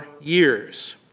years